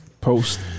Post